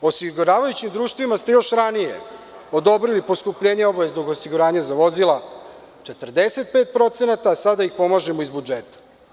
Osiguravajućim društvima ste još ranije odobrili poskupljenje obaveznog osiguranja za vozila 45%, a sada ih pomažemo iz budžeta.